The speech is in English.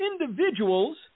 individuals